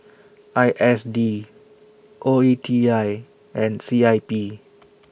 I S D O E T I and C I P